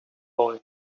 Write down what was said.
boy